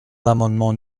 l’amendement